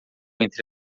entre